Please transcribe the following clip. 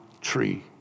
tree